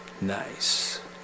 Nice